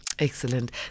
Excellent